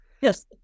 Yes